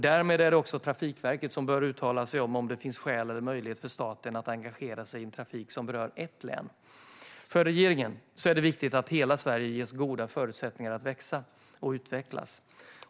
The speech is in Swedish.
Därmed är det Trafikverket som bör uttala sig om det finns skäl och möjlighet för staten att engagera sig i trafik som berör ett län. För regeringen är det viktigt att hela Sverige ges goda förutsättningar att växa och utvecklas.